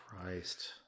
Christ